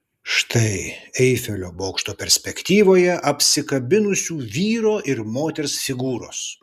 štai eifelio bokšto perspektyvoje apsikabinusių vyro ir moters figūros